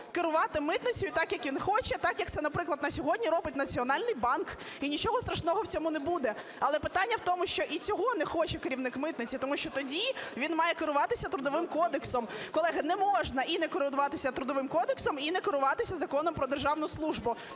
керувати митницею так, як він хоче, так, як це, наприклад, на сьогодні робить Національний банк. І нічого страшного в цьому не буде. Але питання в тому, що і цього не хоче керівник митниці, тому що тоді він має керуватися Трудовим кодексом. Колеги, не можна і не керуватися Трудовим кодексом, і не керуватися Законом "Про державну службу".